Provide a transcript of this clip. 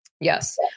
Yes